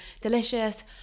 delicious